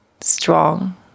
strong